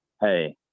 hey